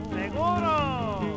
seguro